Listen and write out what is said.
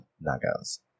Nagas